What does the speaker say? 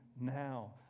now